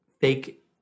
fake